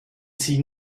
sie